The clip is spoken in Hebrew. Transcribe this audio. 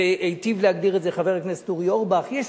והיטיב להגדיר את זה חבר הכנסת אורי אורבך: יש